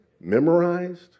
memorized